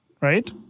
right